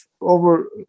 over